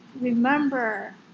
remember